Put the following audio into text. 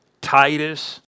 Titus